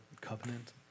covenant